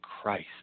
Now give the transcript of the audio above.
Christ